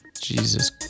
jesus